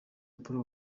paul